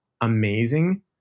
amazing